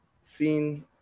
seen